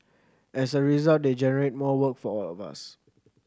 as a result they generate more work for all of us